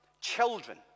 children